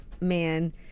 man